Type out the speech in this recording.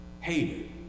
hated